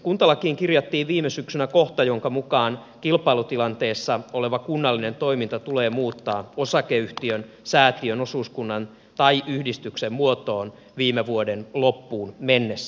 kuntalakiin kirjattiin viime syksynä kohta jonka mukaan kilpailutilanteessa oleva kunnallinen toiminta tulee muuttaa osakeyhtiön säätiön osuuskunnan tai yhdistyksen muotoon viime vuoden loppuun mennessä